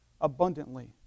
abundantly